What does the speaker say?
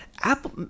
apple